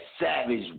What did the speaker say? savage